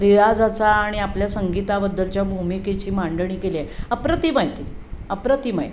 रियाजाचा आणि आपल्या संगीताबद्दलच्या भूमिकेची मांडणी केली आहे अप्रतिम आहे ती अप्रतिम आहे